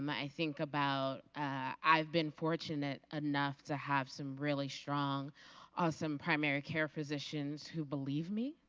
um i think about i have been fortunate enough to have some really strong awesome primary care physicians who believe me.